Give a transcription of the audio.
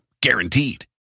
Guaranteed